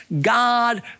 God